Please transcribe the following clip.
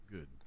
Good